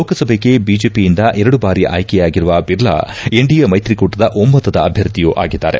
ಲೋಕಸಭೆಗೆ ಬಿಜೆಪಿಯಿಂದ ಎರಡು ಬಾರಿ ಆಯ್ಕೆಯಾಗಿರುವ ಬಿರ್ಲಾ ಎನ್ಡಿಎ ಮೈತ್ರಿ ಕೂಟದ ಒಮ್ನತದ ಅಭ್ಯರ್ಥಿಯೂ ಆಗಿದ್ದಾರೆ